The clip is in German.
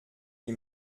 die